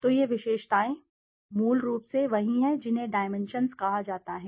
तो ये विशेषताएँ मूल रूप से वही हैं जिन्हें डाइमेंशन्स कहा जाता है